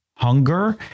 Hunger